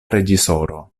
reĝisoro